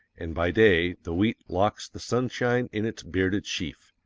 and by day the wheat locks the sunshine in its bearded sheaf.